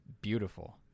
beautiful